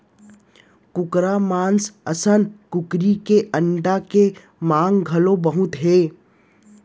कुकरा मांस असन कुकरी के अंडा के मांग घलौ बहुत हे